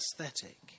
aesthetic